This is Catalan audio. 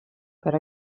per